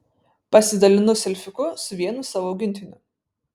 pasidalinu selfiuku su vienu savo augintiniu